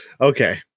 Okay